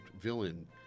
villain